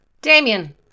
Damien